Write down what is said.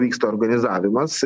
vyksta organizavimas